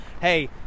hey